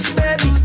baby